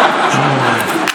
אותו.